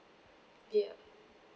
ya